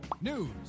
news